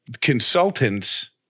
consultants